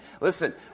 Listen